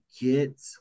get